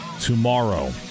tomorrow